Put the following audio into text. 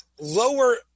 lower